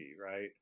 right